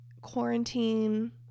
quarantine